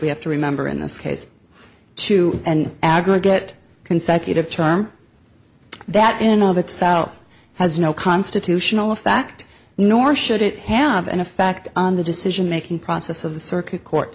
we have to remember in this case to and aggregate consecutive charm that in of itself has no constitutional a fact nor should it have an effect on the decision making process of the circuit court